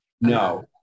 No